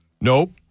Nope